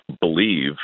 believe